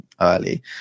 early